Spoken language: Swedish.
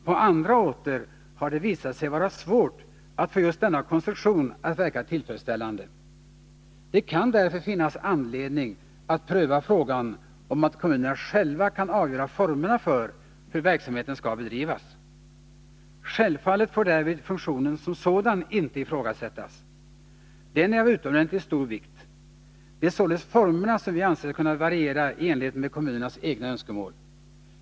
På andra åter har det visat sig vara svårt att få just denna konstruktion att verka tillfredsställande. Det kan därför finnas anledning att pröva frågan om kommunerna själva kan avgöra formerna för hur verksamheten skall bedrivas. Självfallet får därvid funktionen som sådan inte ifrågasättas. Den är av utomordentligt stor vikt. Det är således formerna som vi anser skall kunna variera i enlighet med kommunernas egna önskemål.